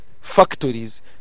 factories